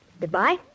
goodbye